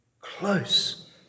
close